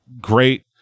great